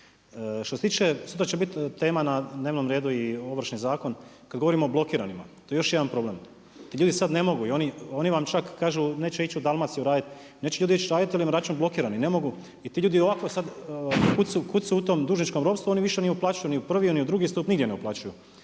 Što se tiče, sutra će biti tema na dnevnom redu i Ovršni zakon, kada govorimo o blokiranima, to je još jedan problem. Ti ljudi sada ne mogu i oni vam čak kažu neće ići u Dalmaciju raditi, neće ljudi ići raditi jer im je račun blokiran i ne mogu. I ti ljudi ovako sad, kud su u tom dužničkom ropstvu oni više ne uplaćuju ni u prvi, ni u drugi stup, nigdje ne uplaćuju.